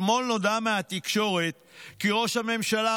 אתמול נודע מהתקשורת כי ראש הממשלה